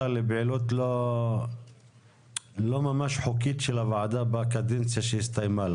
לפעילות לא ממש חוקית של הוועדה בקדנציה שהסתיימה?